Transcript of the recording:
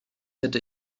hätte